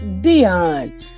Dion